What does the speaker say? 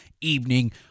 evening